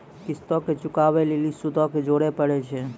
किश्तो के चुकाबै लेली सूदो के जोड़े परै छै